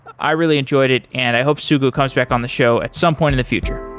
i really enjoyed it and i hope sugu comes back on the show at some point in the future